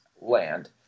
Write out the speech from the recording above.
land